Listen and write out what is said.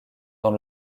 dans